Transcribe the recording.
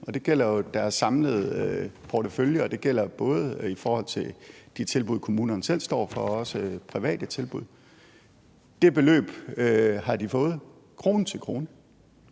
det gælder jo deres samlede portefølje, og det gælder både i forhold til de tilbud, kommunerne selv står for, og i forhold til private tilbud. Det beløb har de fået krone til krone,